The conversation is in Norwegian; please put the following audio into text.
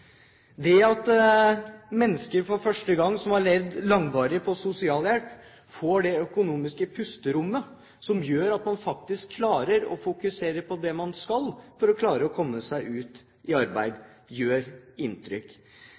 Det at mennesker som har levd langvarig på sosialhjelp, for første gang får det økonomiske pusterommet som gjør at man faktisk klarer å fokusere på det man skal for å komme seg ut i arbeid, gjør inntrykk.